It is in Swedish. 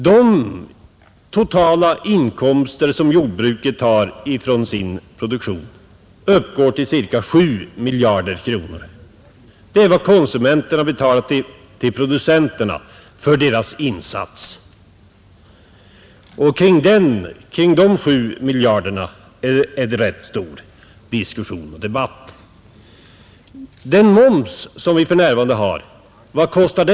De totala inkomster som jordbruket har från sin produktion uppgår till ca 7 miljarder kronor. Det är vad konsumenterna betalar till producenterna för deras insats. Kring de 7 miljarderna är det rätt stor diskussion och debatt.